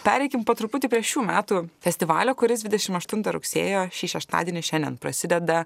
pereikim po truputį prie šių metų festivalio kuris dvidešim aštuntą rugsėjo šį šeštadienį šiandien prasideda